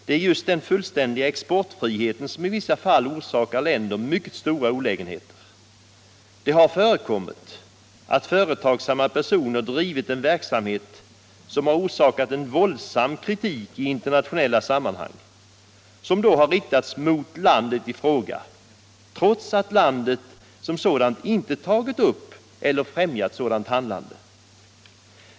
Det är just den fullständiga exportfriheten som i vissa fall orsakar länder mycket stora olägenheter. Det har förekommit att företagsamma personer har drivit en verksamhet som har orsakat en våldsam kritik i internationella sammanhang, en kritik som då har riktats mot landet i fråga trots att landet som sådant inte har tagit upp eller främjat sådan handel.